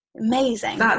Amazing